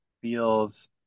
feels